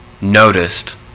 noticed